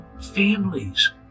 families